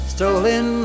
Stolen